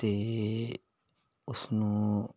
ਅਤੇ ਉਸਨੂੰ